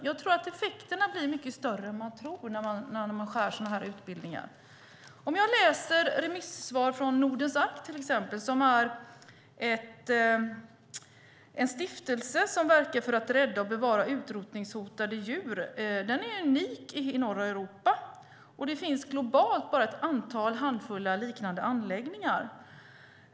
Jag tror att effekterna blir mycket större än vad man tror när det skärs i sådana här utbildningar. Jag har läst remissvar från Nordens Ark som har en stiftelse som verkar för att rädda och bevara utrotningshotade djur. Den är unik i norra Europa. Globalt finns det bara en handfull liknande anläggningar.